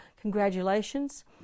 congratulations